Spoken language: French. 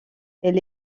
elle